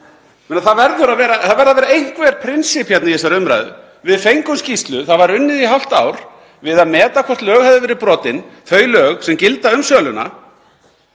Það verða að vera einhver prinsipp í þessari umræðu. Við fengum skýrslu. Það var unnið í hálft ár við að meta hvort lög hafi verið brotin, þau lög sem gilda um söluna.